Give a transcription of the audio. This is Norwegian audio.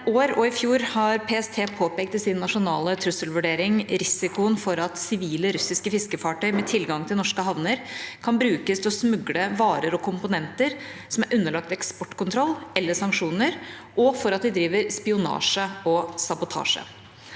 i år og i fjor har PST i sin nasjonale trusselvurdering påpekt risikoen for at sivile russiske fiskefartøy med tilgang til norske havner kan brukes til å smugle varer og komponenter som er underlagt eksportkontroll eller sanksjoner, og for at de driver spionasje og sabotasje.